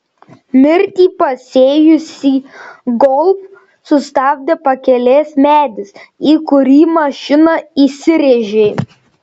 mirtį pasėjusį golf sustabdė pakelės medis į kurį mašina įsirėžė